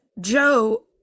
Joe